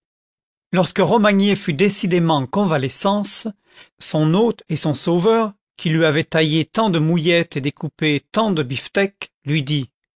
lorsque romagné fut décidément en convalescence son hôte et son sauveur qui lui avait taillé tant de mouillettes et découpé tant de biftecks lui dit